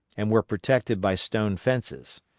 and were protected by stone fences.